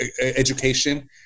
education